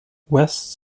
west